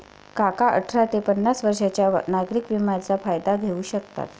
काका अठरा ते पन्नास वर्षांच्या नागरिक विम्याचा फायदा घेऊ शकतात